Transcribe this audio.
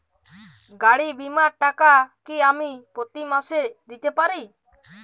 গাড়ী বীমার টাকা কি আমি প্রতি মাসে দিতে পারি?